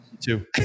two